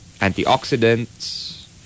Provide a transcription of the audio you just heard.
antioxidants